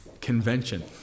convention